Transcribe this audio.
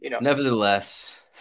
nevertheless